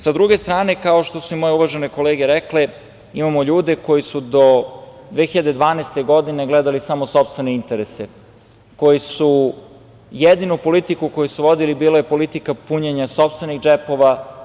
Sa druge strane, kao što su i moje uvažene kolege rekle, imamo ljude koji su do 2012. godine gledali samo sopstvene interese koji su, jedinu politiku koju su vodili bila je politika punjenja sopstvenih džepova.